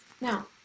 Now